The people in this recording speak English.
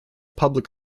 public